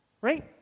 Right